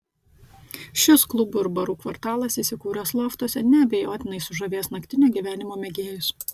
šis klubų ir barų kvartalas įsikūręs loftuose neabejotinai sužavės naktinio gyvenimo mėgėjus